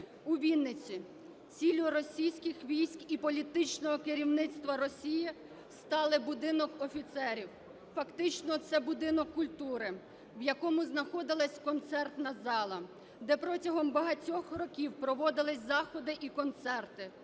У Вінниці ціллю російських військ і політичного керівництва Росії стали Будинок офіцерів. Фактично – це будинок культури, в якому знаходилась концертна зала, де протягом багатьох років проводились заходи і концерти,